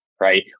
right